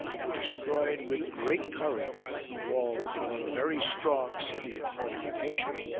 and destroyed with great courage the walls of a very strong city and fortification.